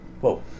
Whoa